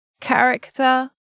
character